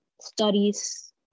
studies